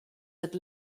but